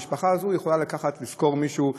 המשפחה הזאת יכולה לשכור מישהו,